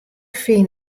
fyn